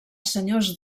senyors